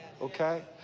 okay